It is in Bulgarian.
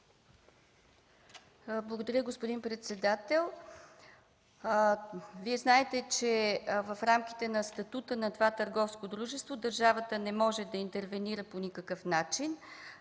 Благодаря, господин председател. Вие знаете, че в рамките на статута на това търговско дружество държавата не може да интервенира по никакъв начин.